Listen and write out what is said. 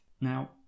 Now